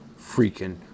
freaking